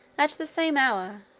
at the same hour,